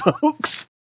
folks